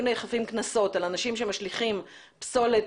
נאכפים קנסות על אנשים שמשליכים פסולת,